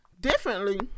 Differently